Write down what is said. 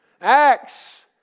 Acts